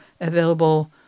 available